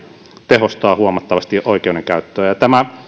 tehostavat huomattavasti oikeudenkäyttöä ja tämä